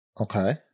Okay